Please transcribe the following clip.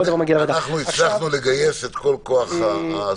לכן אני חושב שצריך להוסיף פה באישור הוועדה,